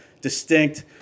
Distinct